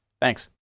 Thanks